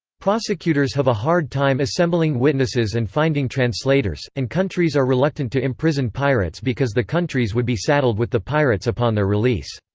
prosecutors have a hard time assembling witnesses and finding translators, and countries are reluctant to imprison pirates because the countries would be saddled with the pirates upon their release.